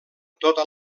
tota